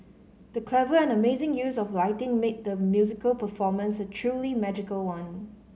the clever and amazing use of lighting made the musical performance a truly magical one